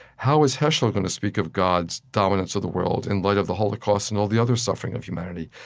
how is heschel going to speak of god's dominance of the world, in light of the holocaust and all the other suffering of humanity?